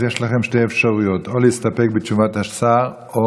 יש לכם שתי אפשרויות: או להסתפק בתשובת השר או,